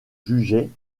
jugeait